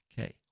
Okay